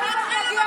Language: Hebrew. הליך משפטי,